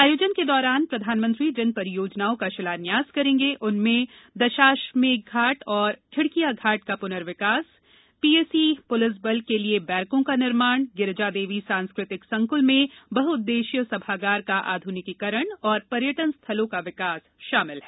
आयोजन के दौरान प्रधानमंत्री जिन परियोजनाओं का शिलान्यास करेंगे उनमें दशाश्वमेध घाट और खिड़किया घाट का पुनर्विकास पीएसी पुलिस बल के लिए बैरकों का निर्माण गिरिजा देवी सांस्कृतिक संकुल में बहुउद्देश्यीय सभागार का आधुनिकीकरण और पर्यटन स्थलों का विकास शामिल हैं